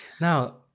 Now